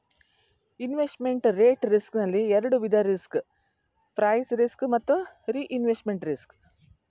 investment rate risk ನಲ್ಲಿ ಎರಡು ವಿಧ ರಿಸ್ಕ್ ಪ್ರೈಸ್ ರಿಸ್ಕ್ ಮತ್ತು ರಿಇನ್ವೆಸ್ಟ್ಮೆಂಟ್ ರಿಸ್ಕ್